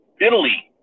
Italy